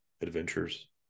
Adventures